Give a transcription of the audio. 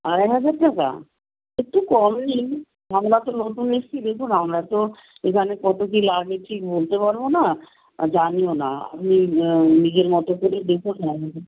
আড়াই হাজার টাকা একটু কম নিন আমরা তো নতুন এসেছি দেখুন আমরা তো এখানে কত কী লাগে ঠিক বলতে পারব না জানিও না আপনি নিজের মতো করেই দেখুন না